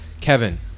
Kevin